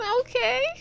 Okay